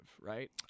right